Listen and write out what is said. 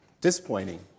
Disappointing